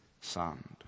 sand